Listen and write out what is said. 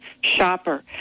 shopper